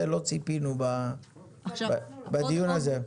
זה לא ציפינו בדיון הזה.